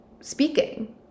speaking